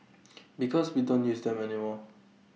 because we don't use them anymore